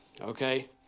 okay